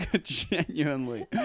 Genuinely